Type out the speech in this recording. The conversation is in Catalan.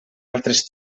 altres